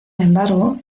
embargo